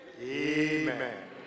amen